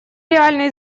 реальный